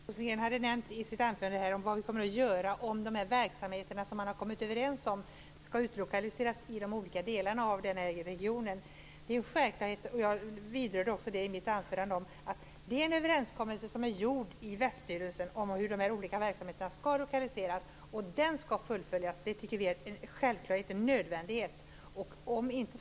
Herr talman! Per Rosengren undrade i sitt anförande vad vi kommer att göra om de verksamheter som man har kommit överens om utlokaliseras i de olika delarna av regionen. Man har gjort en överenskommelse i väststyrelserna om hur de olika verksamheterna skall lokaliseras. Det är självklart att den skall fullföljas. Det tycker vi är en nödvändighet. Det vidrörde jag också i mitt anförande.